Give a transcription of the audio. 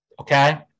okay